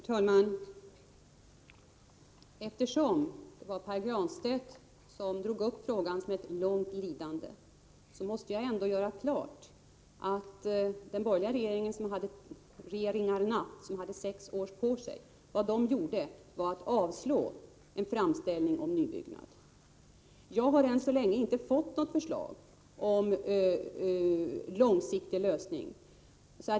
Herr talman! Eftersom det var Pär Granstedt som drog upp frågan som ett långt lidande, måste jag ändå göra klart att vad de borgerliga regeringarna gjorde, som hade sex år på sig, var att avslå en framställning om nybyggnad. Jag har än så länge inte fått något förslag om långsiktig lösning.